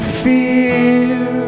fear